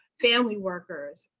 family workers,